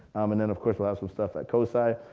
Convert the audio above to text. um and then of course we'll have some stuff at cosi.